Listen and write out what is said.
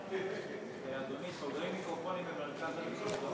אדוני, סוגרים מיקרופונים במרכז הליכוד.